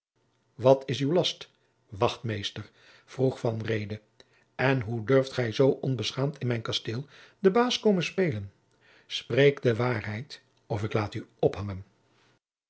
wat is uw last wachtmeester vroeg van reede en hoe durft gij zoo onbeschaamd in mijn kasteel den baas komen spelen spreek de waarheid of ik laat u ophangen